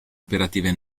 operative